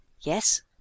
Yes